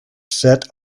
set